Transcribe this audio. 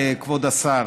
כבוד השר,